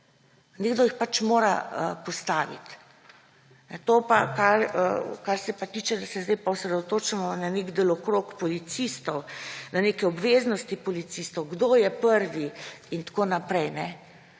Nekdo jih mora postaviti. To pa, kar se pa tiče, da se pa zdaj osredotočamo na nek delokrog policistov, na neke obveznosti policistov, kdo je prvi in tako naprej,